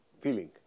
feeling